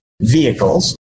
vehicles